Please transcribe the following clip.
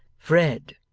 fred,